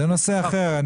זה נושא אחר.